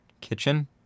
kitchen